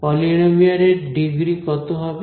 polynomial এর degree কত হবে